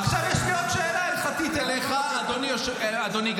עכשיו יש לי עוד שאלה הלכתית אליך, אדוני, גפני.